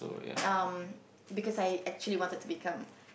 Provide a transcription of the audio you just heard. um because I actually wanted to become